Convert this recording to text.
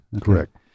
Correct